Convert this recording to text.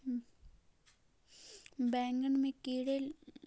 बैंगन में कीड़े लगने से का होता है?